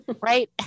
Right